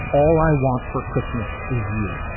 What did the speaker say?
all i want for christmas is you